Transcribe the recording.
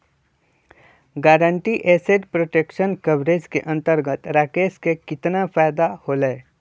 Guaranteed asset protection coverage के अंतर्गत राकेश के कितना फायदा होलय?